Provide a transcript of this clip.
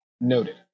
Noted